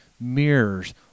mirrors